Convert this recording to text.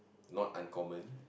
not uncommon